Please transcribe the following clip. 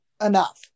enough